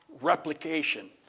replication